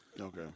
Okay